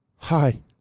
hi